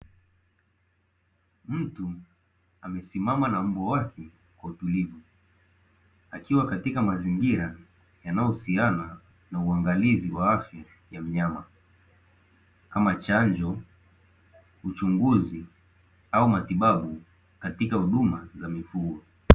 Mtu amesimama na mbwa wake kwa utulivu. Akiwa katika mazingira yanayohusiana na uangalizi wa afya ya mnyama. Kama chanjo, uchunguzi, na matibabu katika huduma za mifugo.